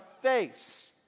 face